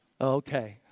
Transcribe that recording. Okay